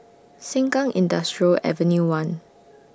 Sengkang Industrial Avenue one